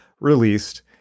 released